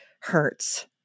hurts